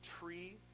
tree